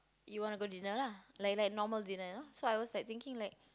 you want to go dinner lah like like normal dinner you know so I was like thinking like